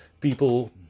People